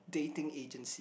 dating agency